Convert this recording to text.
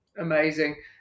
Amazing